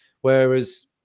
Whereas